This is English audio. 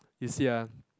you see ah